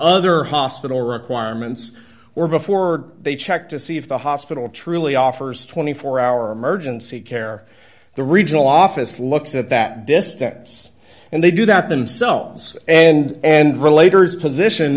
other hospital requirements or before they check to see if the hospital truly offers twenty four hour emergency care the regional office looks at that distance and they do that